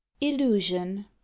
Illusion